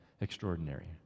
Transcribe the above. extraordinary